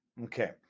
Okay